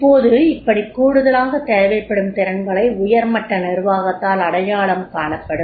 இப்போது இப்படி கூடுதலாகத் தேவைப்படும் திறன்களை உயர்மட்ட நிர்வாகத்தால் அடையாளம் காணப்படும்